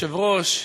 היושב-ראש,